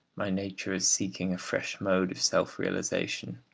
my nature is seeking a fresh mode of self-realisation.